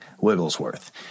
Wigglesworth